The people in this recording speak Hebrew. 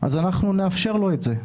אז אנחנו נאפשר לו את זה.